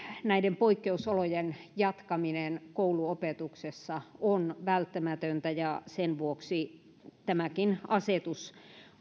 näiden poikkeusolojen jatkaminen kouluopetuksessa on välttämätöntä ja sen vuoksi tämäkin asetus